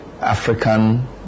African